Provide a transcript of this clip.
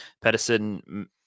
Pedersen